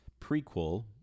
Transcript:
prequel